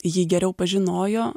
jį geriau pažinojo